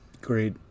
Great